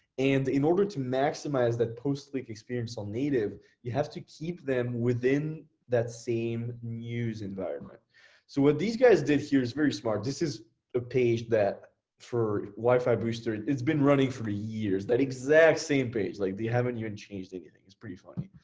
and in order to maximize that post click experience on native, you have to keep them within that same news environment so what these guys did here is very smart. this is a page that for wifi booster, it's been running for years, that exact same page. like they haven't even and changed anything. it's pretty funny.